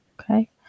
Okay